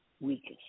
weakest